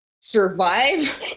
survive